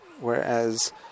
whereas